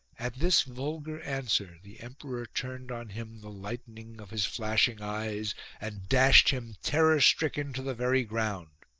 at this vulgar answer the emperor turned on him the lightning of his flashing eyes and dashed him terror-stricken to the very ground.